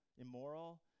immoral